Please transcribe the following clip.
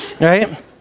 right